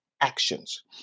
actions